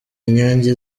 inyange